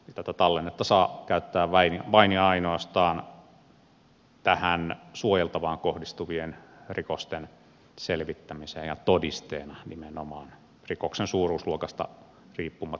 tätä tallennetta saa käyttää vain ja ainoastaan tähän suojeltavaan kohdistuvien rikosten selvittämiseen ja nimenomaan todisteena rikoksen suuruusluokasta riippumatta